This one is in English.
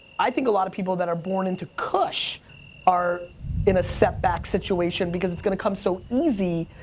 i think a lot of people that are born into kush are in a setback situation because it's gonna come so easy,